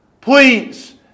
Please